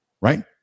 right